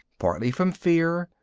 partly from fear,